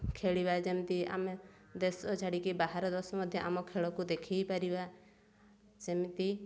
ଖେଳିବା ଯେମିତି ଆମେ ଦେଶ ଛାଡ଼ିକି ବାହାର ଦେଶ ମଧ୍ୟ ଆମ ଖେଳକୁ ଦେଖାଇ ପାରିବା ସେମିତି